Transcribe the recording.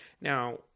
Now